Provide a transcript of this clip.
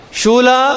Shula